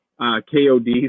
kod